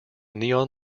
neon